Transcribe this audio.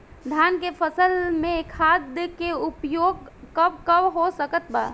धान के फसल में खाद के उपयोग कब कब हो सकत बा?